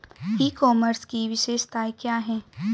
ई commerce की विशेषताएं क्या हैं?